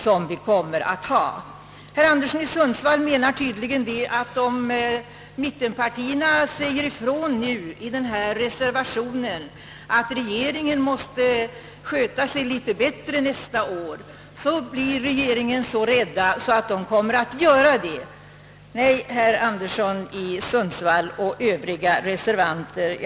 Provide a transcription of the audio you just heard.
Herr Anderson i Sundsvall menar tydligen att om mittenpartierna nu i denna reservation säger ifrån att regeringen måste sköta sig litet bättre nästa år, blir regeringen så rädd att den kommer att göra precis som herr Anderson i Sundsvall och övriga reservanter vill.